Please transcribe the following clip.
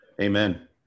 Amen